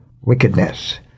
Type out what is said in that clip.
wickedness